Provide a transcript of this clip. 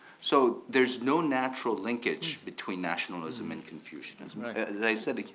so there's no natural linkage between nationalism and confucian as they said,